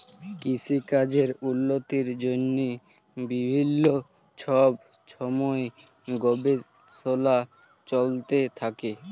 কিসিকাজের উল্লতির জ্যনহে বিভিল্ল্য ছব ছময় গবেষলা চলতে থ্যাকে